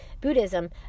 Buddhism